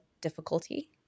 difficulty